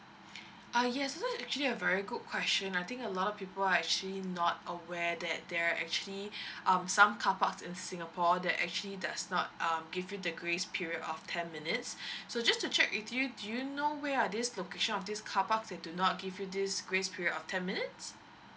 err yes so that one is actually a very good question I think a lot of people are actually not aware that there are actually um some car parks in singapore they actually does not um give you the grace period of ten minutes so just to check with you do you know where are these location of this car parks they do not give you this grace period of ten minutes